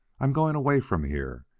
i'm going away from here,